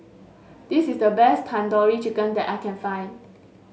this is the best Tandoori Chicken that I can find